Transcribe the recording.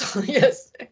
Yes